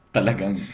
Talagang